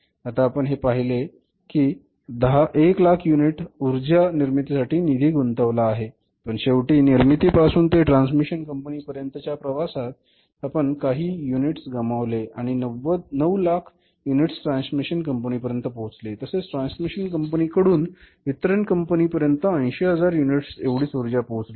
आता आपण हे पाहिले की आपण 100000 युनिट उर्जा निर्मितीसाठी निधी गुंतविला आहे पण शेवटी निर्मिती पासून ते ट्रान्समिशन कंपनी पर्यंत च्या प्रवासात आपण काही युनिट्स गमावले आणि 900000 युनिट्स ट्रान्समिशन कंपनी पर्यंत पोहचले तसेच ट्रान्समिशन कंपनी कडून वितरण कंपनी पर्यंत 80000 युनिट्स एवढीच ऊर्जा पोहचली